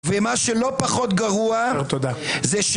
-- ומה שלא פחות גרוע זה שפה,